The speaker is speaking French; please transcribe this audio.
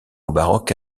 baroque